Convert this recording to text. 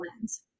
lens